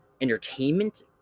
entertainment